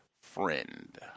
friend